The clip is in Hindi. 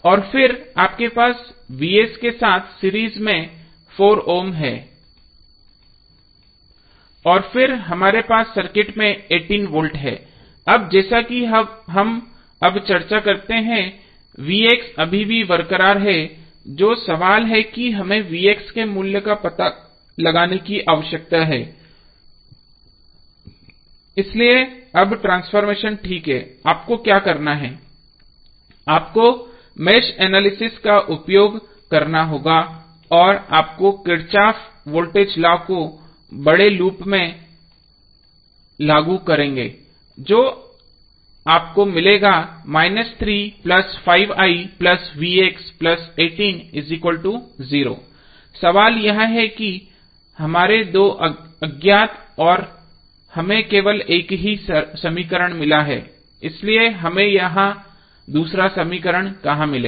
और फिर आपके पास के साथ सीरीज में 4 ओम हैं और फिर हमारे पास सर्किट में 18 वोल्ट हैं अब जैसा कि हम अब चर्चा करते हैं अभी भी बरकरार है जो सवाल है कि हमें के मूल्य का पता लगाने की आवश्यकता है इसलिए अब ट्रांसफॉर्मेशन ठीक हैं आपको क्या करना है आपको मेष एनालिसिस का उपयोग करना होगा और आप किरचॉफ वोल्टेज लॉ को बड़े लूप में लागू करेंगे जो आपको मिलेगा सवाल यह है कि हमारे यहां दो अज्ञात और हमें केवल एक ही समीकरण मिला है इसलिए हमें यह दूसरा समीकरण कहां मिलेगा